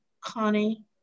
Connie